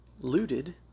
looted